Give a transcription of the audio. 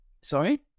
Sorry